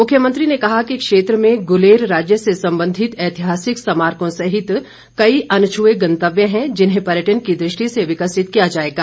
मुख्यमंत्री ने कहा कि क्षेत्र में गुलेर राज्य से संबंधित ऐतिहासिक समारकों सहित कई अनछुए गंतव्य हैं जिन्हें पर्यटन की दृष्टि से विकसित किया जाएगा